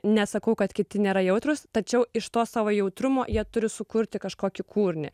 nesakau kad kiti nėra jautrūs tačiau iš to savo jautrumo jie turi sukurti kažkokį kūrinį